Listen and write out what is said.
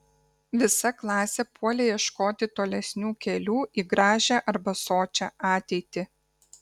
visa klasė puolė ieškoti tolesnių kelių į gražią arba sočią ateitį